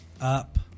up